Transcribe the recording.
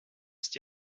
ist